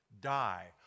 die